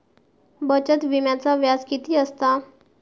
बचत विम्याचा व्याज किती असता?